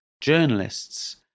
journalists